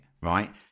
right